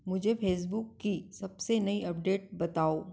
मुझे फेसबुक की सबसे नई अपडेट बताओ